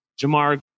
Jamar